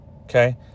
okay